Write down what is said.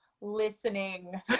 Listening